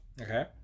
Okay